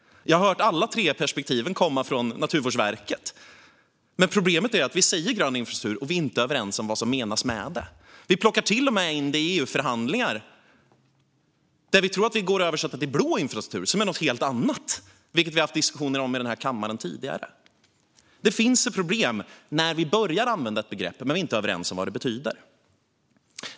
Jag har hört alla tre perspektiven komma från Naturvårdsverket. Problemet är att vi säger "grön infrastruktur" utan att vi är överens om vad som menas med det. Vi plockar till och med in det i EU-förhandlingar och tror att det går att översätta till blå infrastruktur, som är något helt annat, vilket vi har haft diskussioner om i den här kammaren tidigare. Det finns ett problem när vi börjar att använda ett begrepp men inte är överens om vad det betyder.